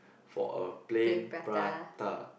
for a plain prata